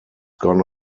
gone